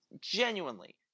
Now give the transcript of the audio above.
genuinely